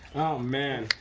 man,